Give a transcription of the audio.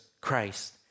Christ